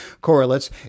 correlates